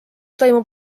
toimub